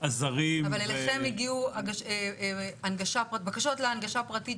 עדי אבירם רכזת נגישות,